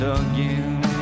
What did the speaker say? again